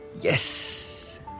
Yes